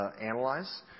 analyze